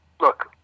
look